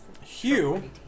Hugh